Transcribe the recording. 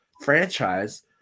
franchise